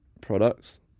products